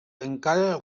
encara